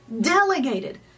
delegated